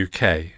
UK